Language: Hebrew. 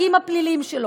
אני מסיימת.